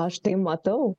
aš tai matau